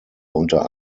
unter